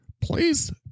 please